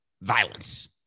violence